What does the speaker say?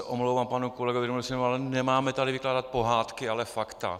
Omlouvám se panu kolegovi, ale nemáme tady vykládat pohádky, ale fakta.